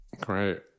Great